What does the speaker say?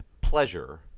pleasure